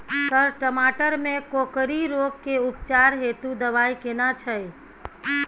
Sir टमाटर में कोकरि रोग के उपचार हेतु दवाई केना छैय?